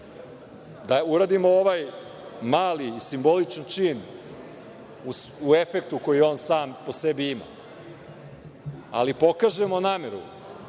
da uradimo ovaj mali i simboličan čin u efektu koji on sam po sebi ima, ali pokažemo nameru